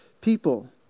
people